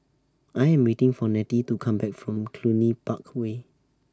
I Am waiting For Nettie to Come Back from Cluny Park Way